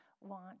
want